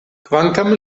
kvankam